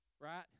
right